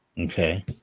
okay